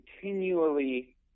continually